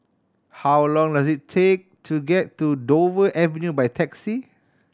how long does it take to get to Dover Avenue by taxi